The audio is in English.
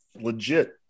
legit